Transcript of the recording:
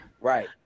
Right